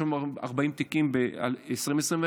640 תיקים ב-2021,